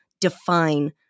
define